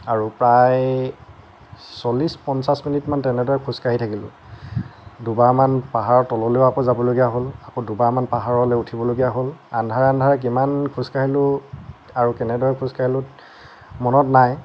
আৰু প্ৰায় ছল্লিশ পঞ্চাছ মিনিটমান তেনেদৰে খোজকাঢ়ি থাকিলোঁ দুবাৰমান পাহাৰৰ তললেও আকৌ যাবলগীয়া হ'ল আকৌ দুবাৰমান পাহাৰলৈ উঠিবলগীয়া হ'ল আন্ধাৰ আন্ধাৰ কিমান খোজকাঢ়িলোঁ আৰু কেনেদৰে খোজকাঢ়িলোঁ মনত নাই